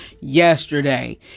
yesterday